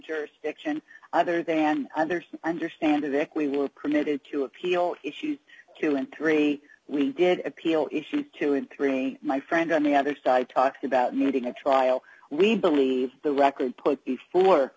jurisdiction other than others understand of equate were permitted to appeal issues two and three we did appeal issues two and three my friend on the other side talked about needing a trial we believe the record put before